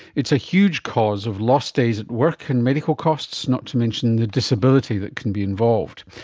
it's a huge cause of lost days at work and medical costs, not to mention the disability that can be involved.